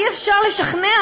אי-אפשר לשכנע,